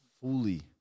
fully